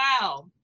wow